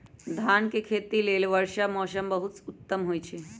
धान के खेती लेल वर्षा मौसम सबसे उत्तम होई छै